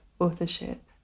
authorship